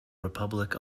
republic